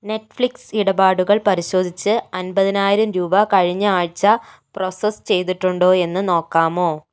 Netflix ഇടപാടുകൾ പരിശോധിച്ച് അൻമ്പത്തിനായിരം രൂപ കഴിഞ്ഞ ആഴ്ച പ്രോസസ്സ് ചെയ്തിട്ടുണ്ടോ എന്ന് നോക്കാമോ